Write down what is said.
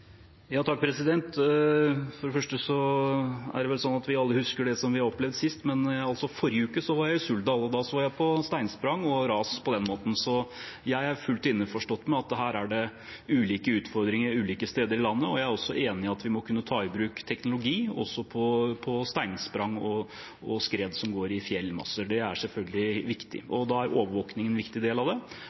For det første husker vi vel alle det vi har opplevd sist, men i forrige uke var jeg i Suldal, og da så jeg på steinsprang og ras på den måten. Så jeg er fullt innforstått med at her er det ulike utfordringer ulike steder i landet. Jeg er også enig i at vi må kunne ta i bruk teknologi, også når det gjelder steinsprang og skred som går i fjellmasser. Det er selvfølgelig viktig. Da er overvåkning en viktig del av det.